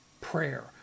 prayer